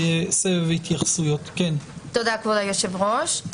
תודה, כבוד היושב-ראש.